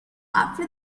after